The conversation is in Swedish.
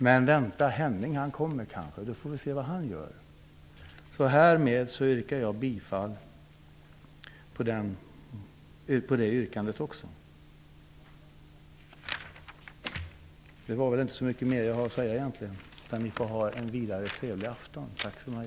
Men vänta, Henning kommer kanske, och då får vi se vad han gör! Härmed yrkar jag bifall till reservationen vid punkt Det var väl inte så mycket mer jag hade att säga. Ni får ha en vidare trevlig afton. Tack för mig!